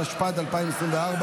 התשפ"ד 2024,